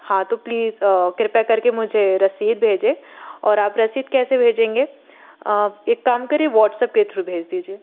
हाँ तो प्लीज़ कृपया कर के मुझे रसीद भेजें और आप रसीद कैसे भेजेंगे आप एक काम करिए वॉट्सअप के थ्रू भेज दीजिए